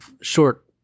short